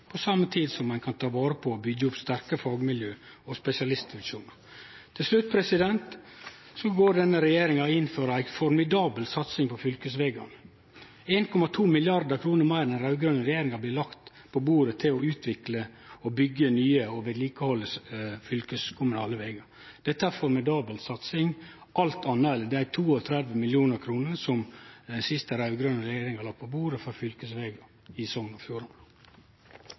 på same tid som ein kan ta vare på og byggje opp sterke fagmiljø og spesialistfunksjonar. Til slutt: Denne regjeringa går inn for ei formidabel satsing på fylkesvegane. 1,2 mrd. kr meir enn under den raud-grøne regjeringa blir lagde på bordet til å utvikle, byggje og vedlikehalde fylkeskommunale vegar. Dette er ei formidabel satsing, alt anna enn dei 32 mill. kr som den siste raud-grøne regjeringa la på bordet for fylkesvegar i